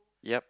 yup